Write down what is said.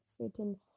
certain